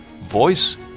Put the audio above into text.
Voice